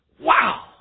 Wow